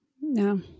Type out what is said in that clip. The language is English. No